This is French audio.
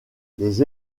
les